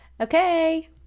Okay